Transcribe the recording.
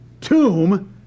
tomb